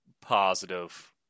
positive